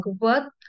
work